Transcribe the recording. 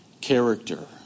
Character